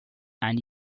and